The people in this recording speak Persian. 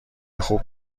خوب